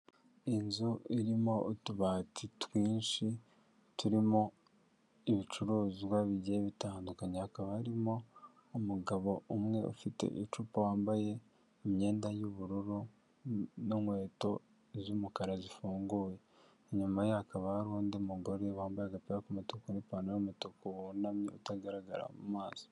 Inzu irimo utubati twinshi turimo ibicuruzwa bigiye bitandukanye hakaba harimo umugabo umwe ufite icupa wambaye imyenda yubururu n'inkweto z'umukara zifunguye inyuma ye hakaba hari undi mugore wambaye agapira k'umutuku n'ipantaro y'umutuku wunamye utagaragara mu maso.